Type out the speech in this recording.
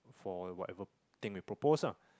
for whatever thing we propose ah